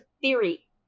theory